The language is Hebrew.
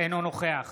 אינו נוכח